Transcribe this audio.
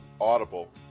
Audible